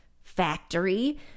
factory